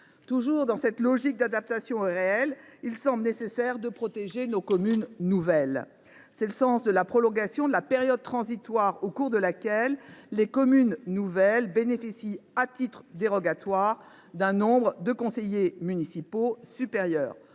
Toujours dans cette logique d’adaptation au réel, il me semble nécessaire de protéger nos communes nouvelles. C’est tout le sens de mon amendement visant à prolonger la période transitoire au cours de laquelle les communes nouvelles bénéficient, à titre dérogatoire, d’un nombre de conseillers municipaux